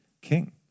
king